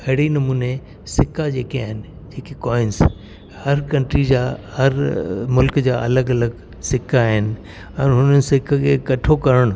अहिड़े ई नमूने सिका जेके आहिनि जेके कॉइन्स हर कंट्री जा हर मुल्क जा अलॻि अलॻि सिका आहिनि ऐं हुननि सिकनि खे कठो करणु